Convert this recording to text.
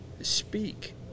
speak